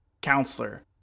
counselor